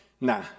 nah